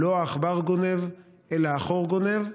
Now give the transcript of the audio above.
לא העכבר גונב אלא החור גונב,